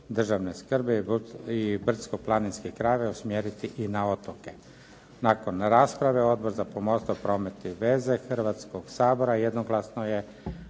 državne skrbi i brdsko-planinske krajeve usmjeriti i na otoke. Nakon rasprave Odbor za pomorstvo, promet i veze Hrvatskog sabora jednoglasno je